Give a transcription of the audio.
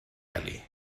wely